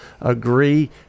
agree